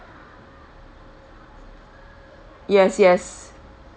yes yes